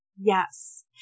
Yes